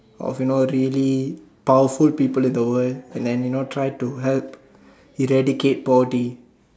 of you know really powerful people in the world and then you know try to help eradicate body